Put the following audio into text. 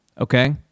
okay